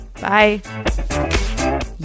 Bye